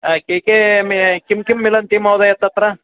के के किं किं मिलन्ति महोदय तत्र